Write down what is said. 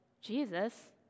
Jesus